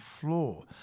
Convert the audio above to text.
floor